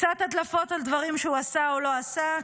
קצת הדלפות על דברים שהוא עשה או לא עשה,